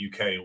UK